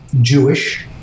Jewish